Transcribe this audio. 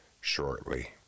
shortly